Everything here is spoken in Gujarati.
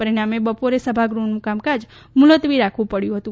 પરિણામે બપોરે સભાગૃહનું કામકાજ મુલતવી રાખવું પડ્યું હતું